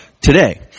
today